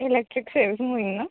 electric saving होईन ना